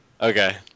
Okay